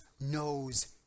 knows